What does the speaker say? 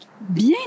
Bien